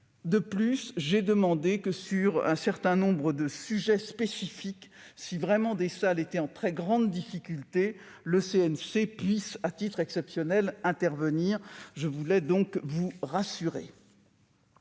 De plus, j'ai demandé que, sur un certain nombre de sujets spécifiques, si vraiment des salles étaient en très grande difficulté, le CNC puisse, à titre exceptionnel, intervenir. Je voulais donc vous rassurer.